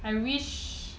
I wish